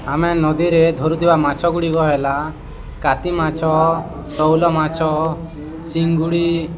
ଆମେ ନଦୀରେ ଧରୁଥିବା ମାଛ ଗୁଡ଼ିକ ହେଲା କାତି ମାଛ ଶେଉଳ ମାଛ ଚିଙ୍ଗୁଡ଼ି